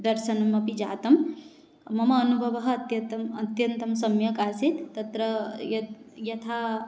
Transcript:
दर्शनमपि जातं मम अनुभवः अत्यन्तम् अत्यन्तं सम्यगासीत् तत्र यद् यथा